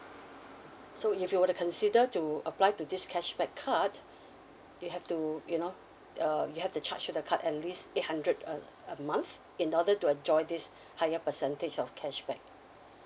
so if you were to consider to apply to this cashback card you have to you know uh you have to charge to the card at least eight hundred a a month in order to enjoy this higher percentage of cashback